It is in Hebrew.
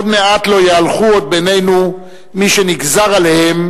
עוד מעט לא יהלכו עוד בינינו מי שנגזר עליהם